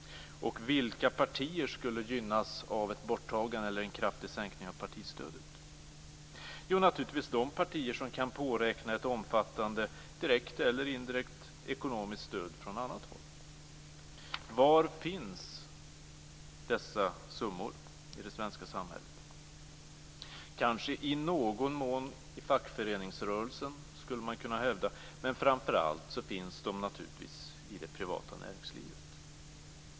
Och vilka partier skulle gynnas av ett borttagande eller en kraftig sänkning av partistödet? Jo, naturligtvis de partier som kan påräkna ett omfattande direkt eller indirekt ekonomiskt stöd från annat håll. Var finns dessa summor i det svenska samhället? Kanske i någon mån i fackföreningsrörelsen, skulle man kunna hävda. Men framför allt finns de naturligtvis i det privata näringslivet.